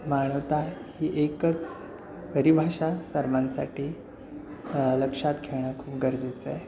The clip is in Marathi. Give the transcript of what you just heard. मानवता ही एकच परिभाषा सर्वांसाठी लक्षात घेणं खूप गरजेचं आहे